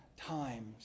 times